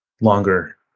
longer